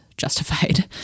justified